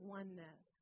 oneness